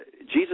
Jesus